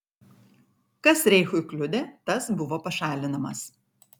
kas reichui kliudė tas buvo pašalinamas